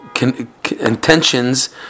intentions